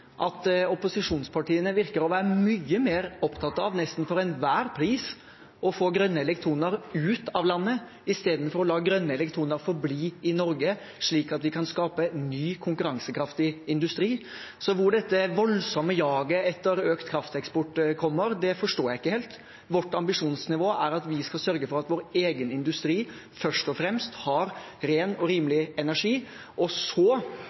at opposisjonspartiene virker å være mye mer opptatt av, nesten for enhver pris, å få grønne elektroner ut av landet i stedet for å la grønne elektroner forbli i Norge, slik at vi kan skape ny konkurransekraftig industri. Hvor dette voldsomme jaget etter økt krafteksport kommer fra, forstår jeg ikke helt. Vårt ambisjonsnivå er at vi skal sørge for at vår egen industri først og fremst har ren og rimelig energi. Så